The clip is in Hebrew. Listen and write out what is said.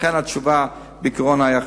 לכן התשובה בעיקרון היתה חיובית.